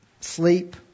Sleep